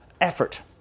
effort